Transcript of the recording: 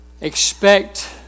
expect